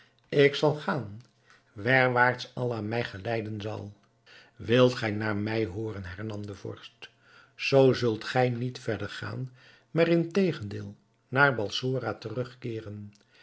ik zal gaan werwaarts allah mij geleiden zal wilt gij naar mij hooren hernam de vorst zoo zult gij niet verder gaan maar integendeel naar balsora terugkeeren